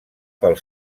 pel